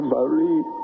Marie